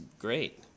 great